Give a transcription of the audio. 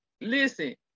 listen